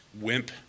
wimp